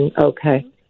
Okay